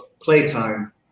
playtime